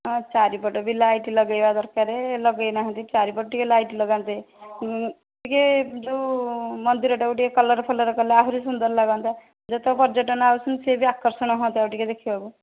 ହଁ ଚାରିପଟେ ବି ଲାଇଟ୍ ଲଗାଇବା ଦରକାର ଲଗାଇ ନାହାନ୍ତି ଚାରିପଟେ ଟିକେ ଲାଇଟ୍ ଲଗାନ୍ତେ ଟିକେ ଯେଉଁ ମନ୍ଦିରଟାକୁ ଟିକେ କଲର୍ ଫଲର୍ କରିଲେ ଆହୁରି ସୁନ୍ଦର ଲାଗନ୍ତା ଯେଉଁ ତ ପର୍ଯଟନ ଆସୁଛନ୍ତି ସିଏ ବି ଆକର୍ଷଣ ହୁଅନ୍ତେ ଆଉ ଟିକେ ଦେଖିବାକୁ